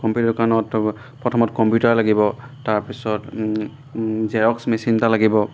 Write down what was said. computer দোকানত প্ৰথমতে computer লাগিব তাৰপিছত জেৰক্স মেচিন এটা লাগিব